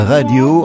Radio